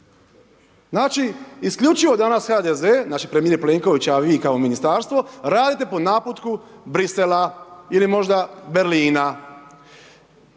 Znači isključivo danas HDZ, znači premijer Plenković a i vi kao ministarstvo radite po naputku Brisela ili možda Berlina